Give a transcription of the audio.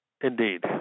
Indeed